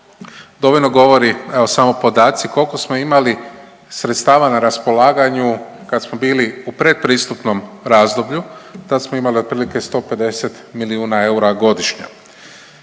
dovoljno govori evo samo podaci koliko smo imali sredstava na raspolaganju kad smo bili u pretpristupnom razdoblju, tad smo imali otprilike 150 milijuna eura godišnje,